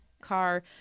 car